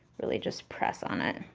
really just press on it,